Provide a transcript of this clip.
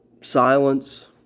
silence